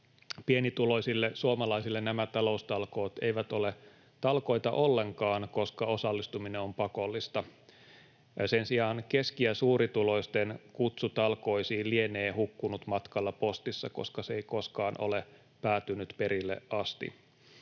Pienituloisille suomalaisille nämä taloustalkoot eivät ole talkoita ollenkaan, koska osallistuminen on pakollista. Sen sijaan keski‑ ja suurituloisten kutsu talkoisiin lienee hukkunut matkalla postissa, koska se ei koskaan ole päätynyt perille asti.